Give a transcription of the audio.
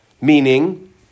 Meaning